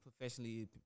professionally